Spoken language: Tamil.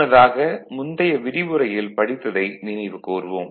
முன்னதாக முந்தைய விரிவுரையில் படித்ததை நினைவு கூர்வோம்